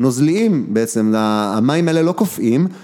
נוזליים בעצם, המים האלה לא קופאים